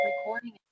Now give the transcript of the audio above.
recording